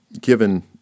given